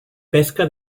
pesca